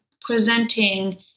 presenting